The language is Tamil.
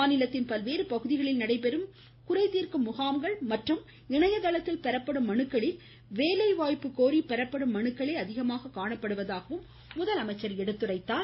மாநிலத்தின் பல்வேறு பகுதிகளில் நடைபெறும் குறைதீர்க்கும் முகாம்கள் மற்றும் இணையதளத்தில் பெறப்படும் மனுக்களில் வேலை வாய்ப்பு கோரி பெறப்படும் மனுக்களே அதிகமாக காணப்படுவதாக முதலமைச்சர் குறிப்பிட்டார்